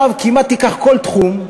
תיקח כמעט כל תחום,